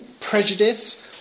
Prejudice